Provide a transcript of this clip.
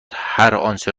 هرآنچه